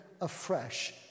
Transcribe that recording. afresh